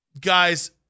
guys